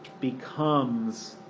becomes